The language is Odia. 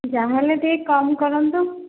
ଯାହା ହେଲେ ଟିକିଏ କମ୍ କରନ୍ତୁ